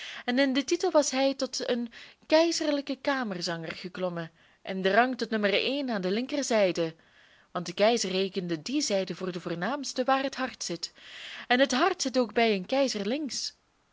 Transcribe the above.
en in den titel was hij tot een keizerlijken kamerzanger geklommen in den rang tot nummer één aan de linkerzijde want de keizer rekende die zijde voor de voornaamste waar het hart zit en het hart zit ook bij een keizer links